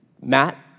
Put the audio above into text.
Matt